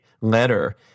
letter